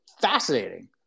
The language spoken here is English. fascinating